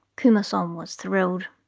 commerson um was thrilled.